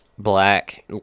Black